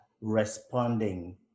responding